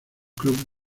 clubes